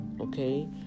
okay